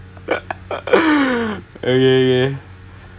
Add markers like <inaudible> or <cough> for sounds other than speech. <laughs> okay okay